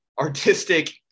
artistic